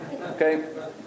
Okay